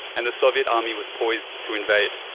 and the soviet army was poised to invade.